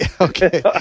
Okay